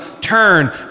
turn